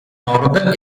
nord